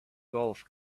golf